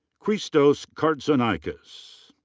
christos gkartzonikas.